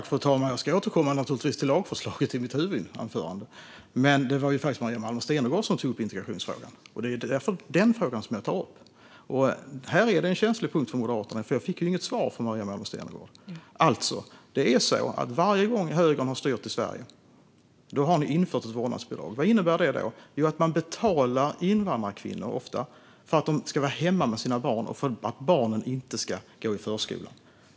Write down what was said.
Fru talman! Jag ska naturligtvis återkomma till lagförslaget i mitt huvudanförande, men det var ju faktiskt Maria Malmer Stenergard som tog upp integrationsfrågan. Det är därför jag tar upp detta. Det verkar dock vara en känslig punkt för Moderaterna, för jag fick inget svar från Maria Malmer Stenergard. Det är så att ni i högern har infört ett vårdnadsbidrag varje gång ni har styrt i Sverige, Maria Malmer Stenergard. Vad innebär då det? Jo, det innebär att man betalar invandrare, ofta kvinnor, för att de ska vara hemma med sina barn och för att barnen inte ska gå i förskola.